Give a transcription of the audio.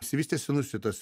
išsivystė sinusitas